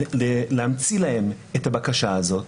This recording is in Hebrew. להמציא להם את הבקשה הזאת